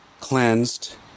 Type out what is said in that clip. cleansed